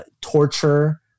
torture